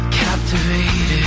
captivated